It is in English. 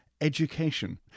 education